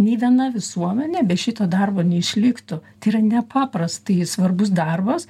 nei viena visuomenė be šito darbo neišliktų tai yra nepaprastai svarbus darbas